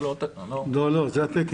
לא, לא, זה התקן.